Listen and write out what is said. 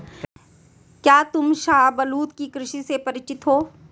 क्या तुम शाहबलूत की कृषि से परिचित हो?